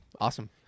Awesome